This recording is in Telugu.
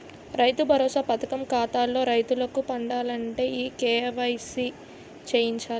రైతు భరోసా పథకం ఖాతాల్లో రైతులకు పడాలంటే ఈ కేవైసీ చేయించాలి